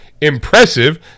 impressive